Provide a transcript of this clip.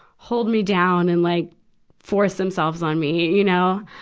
hold me down and like force themselves on me, you know.